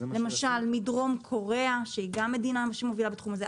למשל מדרום קוריאה שהיא גם מובילה בתחום הזה.